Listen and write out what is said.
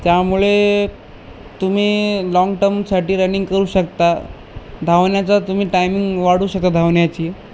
त्यामुळे तुम्ही लाँग टर्मसाठी रनिंग करू शकता धावण्याचा तुम्ही टायमिंग वाढू शकता धावण्याची